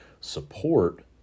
support